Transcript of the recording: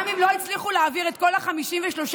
גם אם לא הצליחו להעביר את כל, אוקיי, תצעקו.